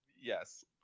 yes